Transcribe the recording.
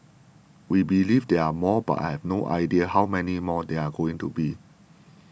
we believe there are more but I have no idea how many more there are going to be